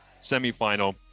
semifinal